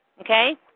okay